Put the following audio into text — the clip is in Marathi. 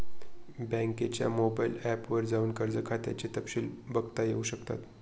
बँकेच्या मोबाइल ऐप वर जाऊन कर्ज खात्याचे तपशिल बघता येऊ शकतात